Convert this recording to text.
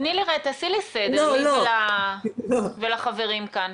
תעשי לי סדר, לי ולחברים כאן.